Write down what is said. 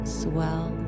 swell